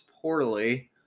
poorly